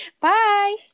Bye